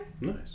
Nice